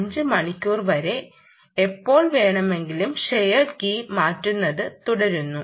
5 മണിക്കൂർ വരെ എപ്പോൾ വേണമെങ്കിലും ഷെയേർഡ് കീ മാറ്റുന്നത് തുടരുന്നു